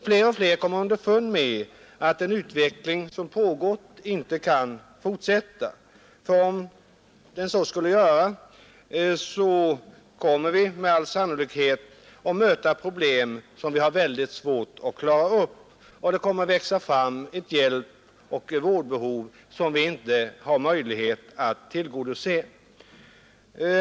Fler och fler kommer underfund med att den utveckling som pågått inte kan fortsätta, för om den så skulle göra kommer vi med all sannolikhet att möta problem som vi har väldigt svårt att klara upp, och det kommer att växa fram ett hjälpoch vårdbehov som vi inte har möjlighet att tillgodose.